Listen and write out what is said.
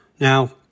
Now